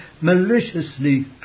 maliciously